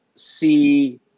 see